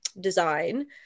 design